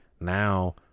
now